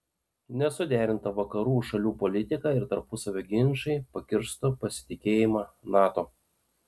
nesuderinta vakarų šalių politika ir tarpusavio ginčai pakirstų pasitikėjimą nato